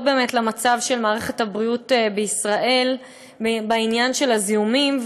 למצב מערכת הבריאות בישראל בעניין הזיהומים.